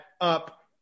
up